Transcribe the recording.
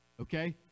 Okay